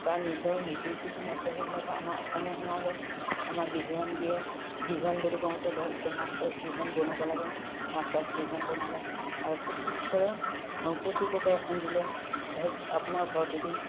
বা নিজৰ মিতিৰ কুটুম আছে সেইবিলাকো আমাৰ অসমীয়া সমাজক আমাৰ বিহুৱান দিয়ে বিহুৱান বুলি কওঁতে ধৰক এতিয়া মাছ চাছ বিহুৱান বনাব লাগে মাছ চাছ বিহুৱান বনালে আৰু প্ৰত্যেকৰে প্ৰত্যেককে এখন দিলে ধৰক আপোনাৰ ঘৰত যদি